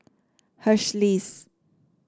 Hersheys